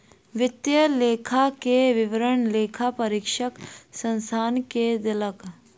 वित्तीय लेखा के विवरण लेखा परीक्षक संस्थान के देलक